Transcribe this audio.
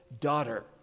daughter